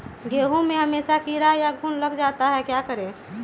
गेंहू में हमेसा कीड़ा या घुन लग जाता है क्या करें?